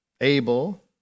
Abel